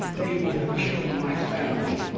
they would have killed my family!